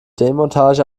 demontage